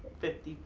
fifty,